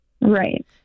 Right